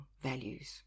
values